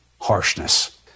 harshness